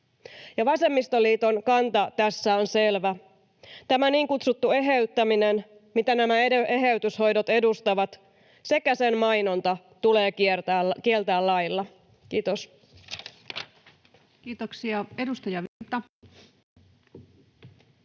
Vasemmistoliiton kanta tässä on selvä: tämä niin kutsuttu eheyttäminen, mitä nämä eheytyshoidot edustavat, sekä sen mainonta tulee kieltää lailla. — Kiitos. Kiitoksia. — Edustaja Virta.